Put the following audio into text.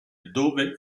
dove